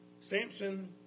Samson